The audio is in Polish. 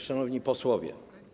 Szanowni Posłowie!